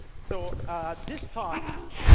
so this talk,